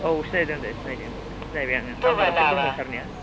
औ सिनायदों दे सिनायदों सिनायबाय आं नाम्बारा सेब दंमोन सारनिया